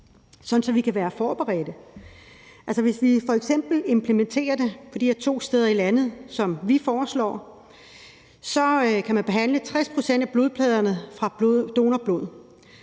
så vi kan være forberedt. Hvis vi f.eks. implementerer det på de her to steder i landet, som vi foreslår, så kan man behandle 60 pct. af blodpladerne fra donorblod,